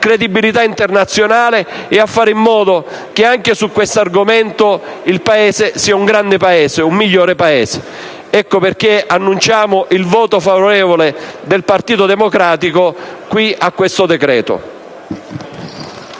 credibilità internazionale e a fare in modo che anche su questo argomento il nostro sia un grande Paese e un Paese migliore. Ecco perché annuncio il voto favorevole del Partito Democratico al provvedimento